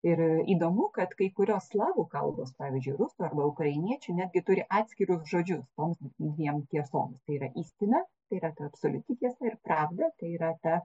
ir įdomu kad kai kurios slavų kalbos pavyzdžiui rusų arba ukrainiečių netgi turi atskirus žodžius toms dviem tiesoms tai yra ystina tai yra absoliuti tiesa ir pravda tai yra ta